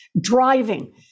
driving